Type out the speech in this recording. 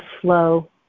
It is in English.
flow